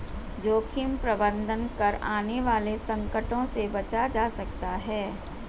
जोखिम प्रबंधन कर आने वाले संकटों से बचा जा सकता है